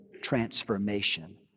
transformation